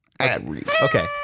Okay